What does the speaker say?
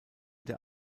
der